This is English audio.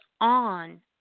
on